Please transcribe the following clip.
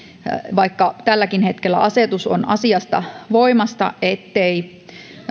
vaikka tälläkin hetkellä asiasta on voimassa asetus ettei